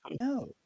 No